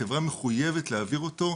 החברה מחויבת להעביר אותו.